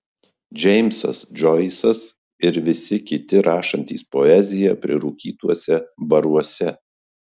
džeimsas džoisas ir visi kiti rašantys poeziją prirūkytuose baruose